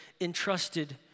entrusted